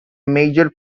major